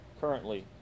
currently